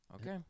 okay